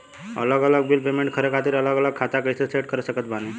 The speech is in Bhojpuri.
अलग अलग बिल पेमेंट खातिर अलग अलग खाता कइसे सेट कर सकत बानी?